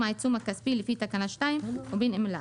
העיצום הכספי לפי תקנה 2 ובין אם לאו.